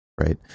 right